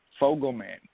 Fogelman